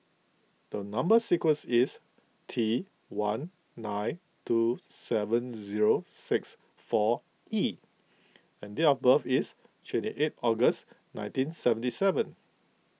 the Number Sequence is T one nine two seven zero six four E and date of birth is twenty eight August nineteen seventy seven